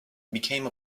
became